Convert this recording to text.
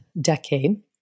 decade